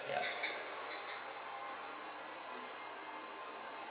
ya